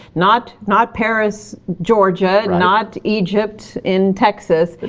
not not paris, georgia, not egypt in texas.